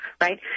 right